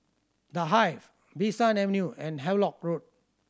The Hive Bee San Avenue and Havelock Road